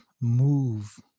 move